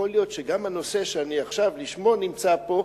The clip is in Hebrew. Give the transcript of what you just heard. יכול להיות שגם הנושא שאני נמצא לשמו עכשיו,